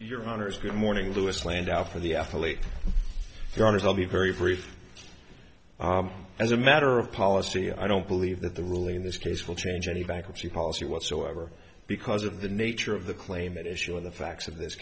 your honors good morning lewis landau for the athlete garners i'll be very brief as a matter of policy i don't believe that the ruling in this case will change any bankruptcy policy whatsoever because of the nature of the claim that issue of the facts of this